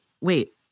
wait